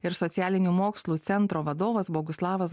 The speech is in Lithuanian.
ir socialinių mokslų centro vadovas boguslavas